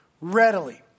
readily